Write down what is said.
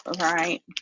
right